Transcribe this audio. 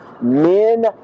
men